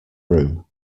room